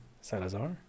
Salazar